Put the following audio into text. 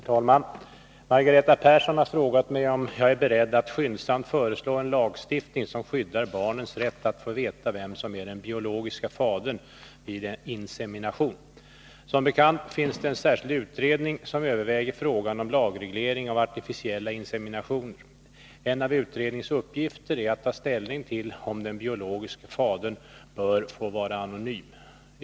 Herr talman! Margareta Persson har frågat mig om jag är beredd att skyndsamt föreslå en lagstiftning som skyddar barnens rätt att få veta vem som är den biologiska fadern vid insemination. Som bekant finns det en särskild utredning som överväger frågan om lagreglering av artificiella inseminationer. En av utredningens uppgifter är att ta ställning till om den biologiska fadern bör få vara anonym.